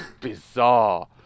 bizarre